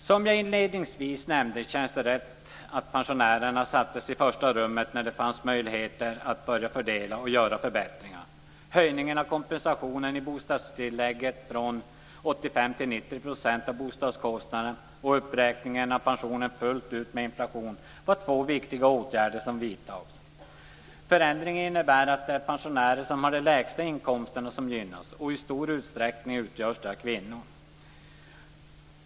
Som jag inledningsvis nämnde känns det rätt att pensionärerna sattes i främsta rummet när det fanns möjligheter att börja fördela och göra förbättringar. 85 % till 90 % av bostadskostnaden och uppräkningen av pensionen med inflationen fullt ut var två viktiga åtgärder som vidtogs. Förändringen innebär att det är de pensionärer som har de lägsta inkomsterna som gynnas, och i stor utsträckning utgörs denna grupp av kvinnor.